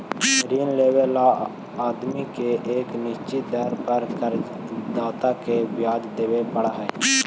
ऋण लेवे वाला आदमी के एक निश्चित दर पर कर्ज दाता के ब्याज देवे पड़ऽ हई